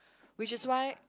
which is why